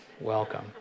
Welcome